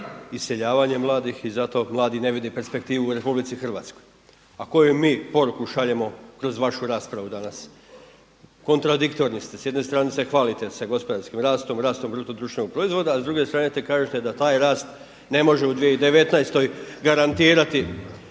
iseljavanje mladih i zato mladi ne vide perspektivu u Republici Hrvatskoj. A koju mi poruku šaljemo kroz vašu raspravu danas? Kontradiktorni ste. S jedne strane se hvalite sa gospodarskim rastom, rastom bruto društvenog proizvoda, a s druge strane kažete da taj rast ne može u 2019. garantirati